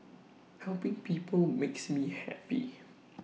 helping people makes me happy